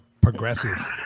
progressive